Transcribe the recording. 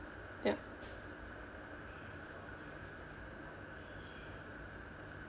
yup